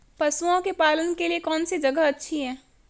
पशुओं के पालन के लिए कौनसी जगह अच्छी है?